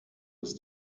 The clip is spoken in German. ist